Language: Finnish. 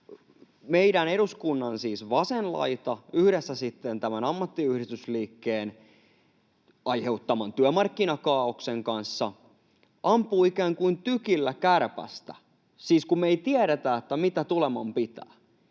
meidän, eduskunnan siis, vasen laita yhdessä sitten tämän ammattiyhdistysliikkeen aiheuttaman työmarkkinakaaoksen kanssa ampuu ikään kuin tykillä kärpästä — siis kun me ei tiedetä, mitä tuleman pitää